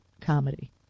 comedy